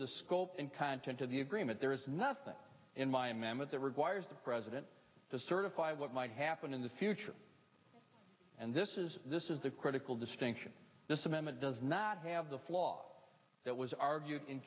the scope and content of the agreement there is nothing in my m m of the requires the president to certify what might happen in the future and this is this is the critical distinction this amendment does not have the flaw that was argue